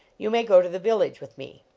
you may go to the village with me.